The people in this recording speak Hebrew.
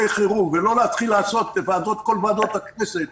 חירום ולא להתחיל לזמן את כל ועדות הכנסת,